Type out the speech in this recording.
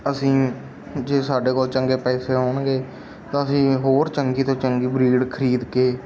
ਅਸੀਂ ਜੇ ਸਾਡੇ ਕੋਲ ਚੰਗੇ ਪੈਸੇ ਹੋਣਗੇ ਤਾਂ ਅਸੀਂ ਹੋਰ ਚੰਗੀ ਤੋਂ ਚੰਗੀ ਬਰੀਡ ਖਰੀਦ ਕੇ